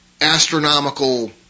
astronomical